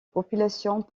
populations